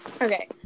Okay